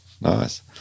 nice